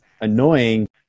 annoying